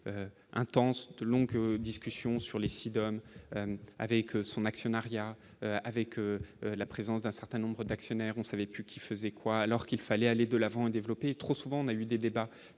intenses, de longues discussions sur les sites de avec son actionnariat avec la présence d'un certain nombre d'actionnaires, on savait plus qui faisait quoi, alors qu'il fallait aller de l'avant et développer trop souvent on a eu des débats qui